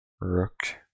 Rook